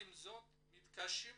אנחנו היום מקיימים